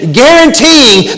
guaranteeing